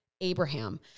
Abraham